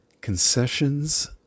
concessions